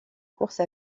course